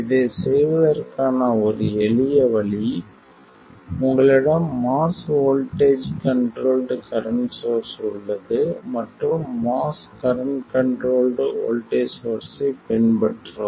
இதைச் செய்வதற்கான ஒரு எளிய வழி உங்களிடம் MOS voltage controlled current source உள்ளது மற்றும் MOS கரண்ட் கண்ட்ரோல்ட் வோல்ட்டேஜ் சோர்ஸ்ஸைப் பின்பற்றவும்